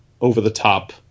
over-the-top